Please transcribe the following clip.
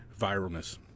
viralness